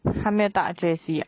还没有大结局 ah